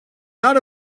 not